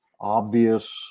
obvious